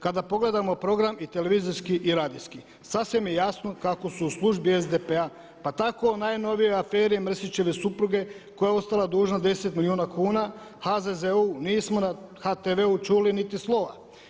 Kada pogledamo program i televizijski i radijski sasvim je jasno kako su u službi SDP-a pa tako o najnovijoj aferi Mrsićeve supruge koja je ostala dužna 10 milijuna kuna HZZO-u nismo na HTV-u čuli niti slova.